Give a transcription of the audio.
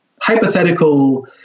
hypothetical